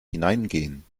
hineingehen